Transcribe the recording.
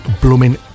blooming